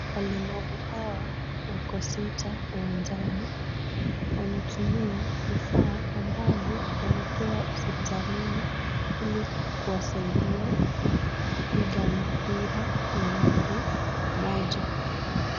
Walemavu hawa wako sita uwanjani. Wanatumia vifaa ambavyo wamepewa hospitalini, ili kuwasaidia kupiga mpira na mguu mmoja.